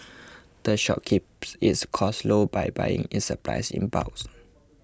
the shop keeps its costs low by buying its supplies in bulk